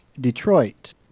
detroit